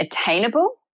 attainable